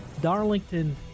Darlington